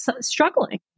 struggling